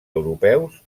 europeus